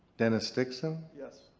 dennis dixon. yes.